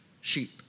sheep